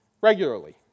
regularly